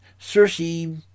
Cersei